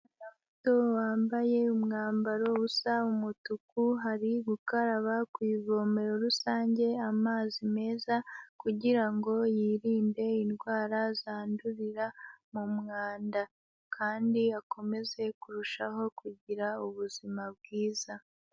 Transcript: umwana muto wambaye umwambaro usa umutuku, ari gukaraba ku ivomero rusange amazi meza kugirango yirinde indwara zandurira mu umwanda, kandi akomeze kurushaho kugira ubuzima bwiza